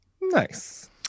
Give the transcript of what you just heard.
Nice